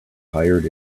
tired